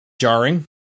jarring